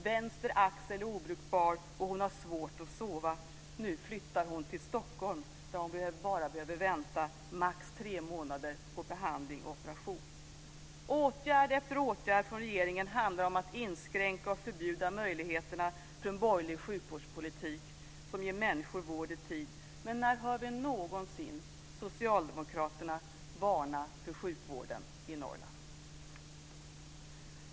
Vänster axel är obrukbar, och hon har svårt att sova. Nu flyttar hon till Stockholm där hon bara behöver vänta max tre månader på behandling och operation. Åtgärd efter åtgärd från regeringen handlar om att inskränka och förbjuda möjligheterna för en borgerlig sjukvårdspolitik som ger människor vård i tid. Men när hör vi någonsin socialdemokraterna varna för sjukvården i Norrland?